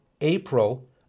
April